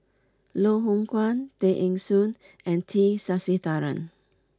Loh Hoong Kwan Tay Eng Soon and T Sasitharan